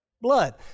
blood